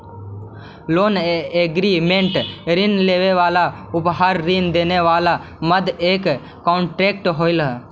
loan agreement ऋण लेवे वाला आउर ऋण देवे वाला के मध्य एक कॉन्ट्रैक्ट होवे हई